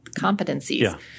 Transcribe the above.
competencies